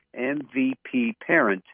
MVPParent